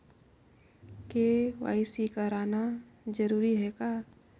KYC कराना जरूरी है का?